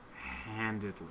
handedly